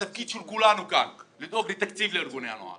התפקיד של כולנו כאן הוא לדאוג לתקציב לארגוני הנוער